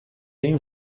این